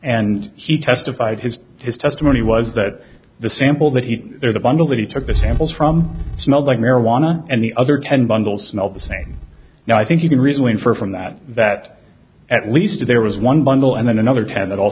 and he testified his his testimony was that the sample that he there the bundle that he took the samples from smelled like marijuana and the other ten bundles smelled the same now i think you can really infer from that that at least there was one bundle and then another ten that al